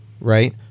right